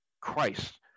Christ